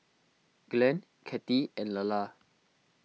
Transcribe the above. Glenn Kathey and Lalla